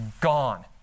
gone